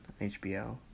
HBO